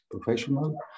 professional